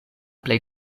plej